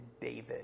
David